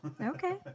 Okay